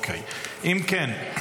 אם כן,